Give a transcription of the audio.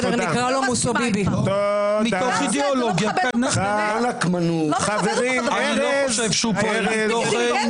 ארז, אני גם חושב שהוא פועל מתוך יושרה